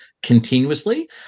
continuously